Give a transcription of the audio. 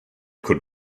could